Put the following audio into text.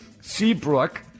Seabrook